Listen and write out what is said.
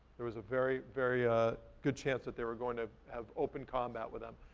there was a very, very ah good chance that they were going to have open combat with them.